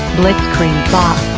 blitzkrieg